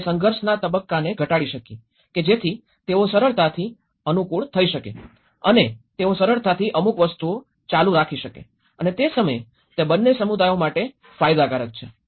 તેથી આપણે સંઘર્ષના તબક્કાને ઘટાડી શકીએ કે જેથી તેઓ સરળતાથી અનુકૂળ થઈ શકે અને તેઓ સરળતાથી અમુક વસ્તુઓ ચાલુ રાખી શકે અને તે સમયે તે બંને સમુદાયો માટે ફાયદાકારક છે